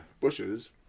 bushes